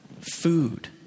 food